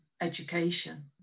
education